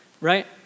Right